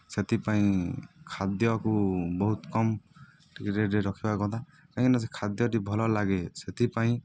ସେଥିପାଇଁ ଖାଦ୍ୟକୁ ବହୁତ କମ୍ ଟିକିଏ ରେଟ୍ରେ ରଖିବା କଥା କାହିଁକିନା ସେ ଖାଦ୍ୟଟି ଭଲ ଲାଗେ ସେଥିପାଇଁ